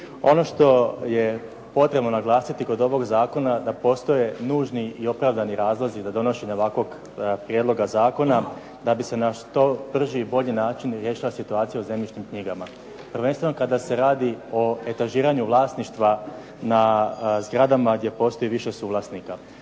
Ono što je potrebno naglasiti kod ovog zakona da postoje nužni i opravdani razlozi za donošenje ovakvog prijedloga zakona da bi se na što brži i bolji način riješila situacija u zemljišnim knjigama. Prvenstveno kada se radi o etažiranju vlasništva na zgradama gdje postoji više suvlasnika.